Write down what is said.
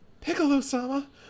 Piccolo-sama